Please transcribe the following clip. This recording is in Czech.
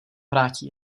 vrátí